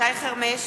שי חרמש,